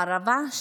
הערבה,